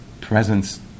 presence